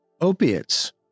opiates